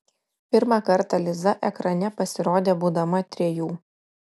pirmą kartą liza ekrane pasirodė būdama trejų